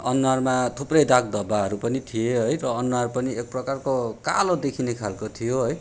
अनुहारमा थुप्रै दागधब्बाहरू पनि थिए है र अनुहार पनि एक प्रकारको कालो देखिने खालको थियो है